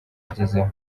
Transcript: yagezeho